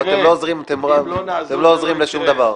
אתם לא עוזרים בשום דבר.